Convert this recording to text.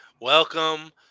Welcome